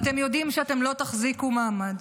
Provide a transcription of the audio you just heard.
אתם יודעים שאתם לא תחזיקו מעמד,